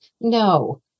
no